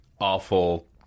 awful